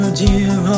dear